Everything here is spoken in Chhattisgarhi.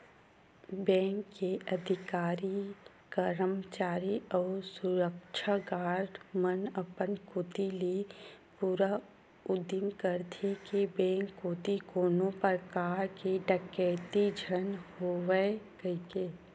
बेंक के अधिकारी, करमचारी अउ सुरक्छा गार्ड मन अपन कोती ले पूरा उदिम करथे के बेंक कोती कोनो परकार के डकेती झन होवय कहिके